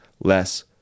less